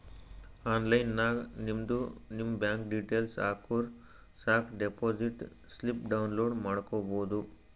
online ನಾಗ್ ನಿಮ್ದು ನಿಮ್ ಬ್ಯಾಂಕ್ ಡೀಟೇಲ್ಸ್ ಹಾಕುರ್ ಸಾಕ್ ಡೆಪೋಸಿಟ್ ಸ್ಲಿಪ್ ಡೌನ್ಲೋಡ್ ಮಾಡ್ಕೋಬೋದು